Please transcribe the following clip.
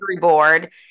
board